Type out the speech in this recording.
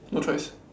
no choice